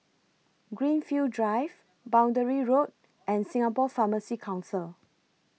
Greenfield Drive Boundary Road and Singapore Pharmacy Council